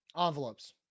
Envelopes